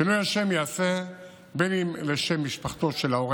שינוי השם ייעשה או לשם משפחתו של ההורה